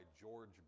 George